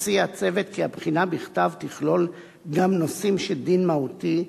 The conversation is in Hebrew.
מציע הצוות כי הבחינה בכתב תכלול גם נושאים של דין מהותי,